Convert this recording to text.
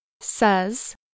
says